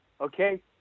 okay